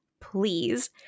Please